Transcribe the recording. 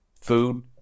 Food